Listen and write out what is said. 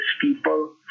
people